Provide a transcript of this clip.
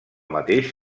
mateix